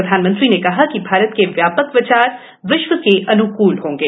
प्रधानमंत्री ने कहा कि भारत के व्या क विचार विश्व के अनुकूल होंगे